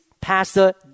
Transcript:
Pastor